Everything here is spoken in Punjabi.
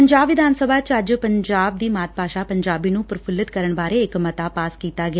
ਪੰਜਾਬ ਵਿਧਾਨ ਸਭਾ ਚ ਅੱਜ ਪੰਜਾਬ ਦੀ ਮਾਤ ਭਾਸ਼ਾ ਪੰਜਾਬੀ ਨੂੰ ਪ੍ਰਫੁਲਿਤ ਕਰਨ ਬਾਰ ਇਕ ਮਤਾ ਪਾਸ ਕੀਤਾ ਗਿਆ